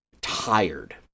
tired